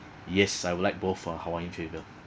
yes I would like both uh hawaiian flavour